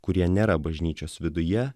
kurie nėra bažnyčios viduje